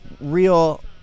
real